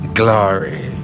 glory